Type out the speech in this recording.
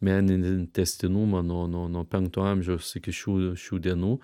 meninį tęstinumą nuo nuo nuo penkto amžiaus iki šių šių dienų